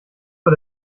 vor